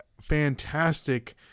fantastic